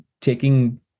taking